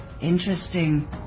Interesting